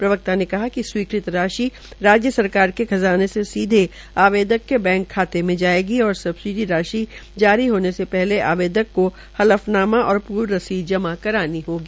प्रवक्ता ने बताया कि स्वीकृत राशि राज्य सरकार के खज़ाने से सीधे आवेदक के बैंक खाते में जायेगी और सबसिडी राशि जारी होने के बाद पहले आवेदक को हल्फनामा और पूर्व रसीद जमा करनी होगी